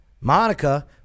Monica